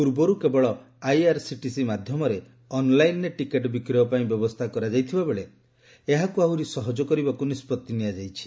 ପୂର୍ବରୁ କେବଳ ଆଇଆର୍ସିଟିସି ମାଧ୍ୟମରେ ଅନ୍ଲାଇନ୍ରେ ଟିକେଟ୍ ବିକ୍ୟ ପାଇଁ ବ୍ୟବସ୍ଥା କରାଯାଇଥିବା ବେଳେ ଏହାକୁ ଆହୁରି ସହଜ କରିବାକୁ ନିଷ୍ପତ୍ତି ଗ୍ରହଣ କରାଯାଇଛି